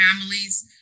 families